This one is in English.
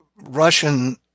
russian